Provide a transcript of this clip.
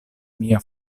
mia